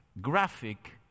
graphic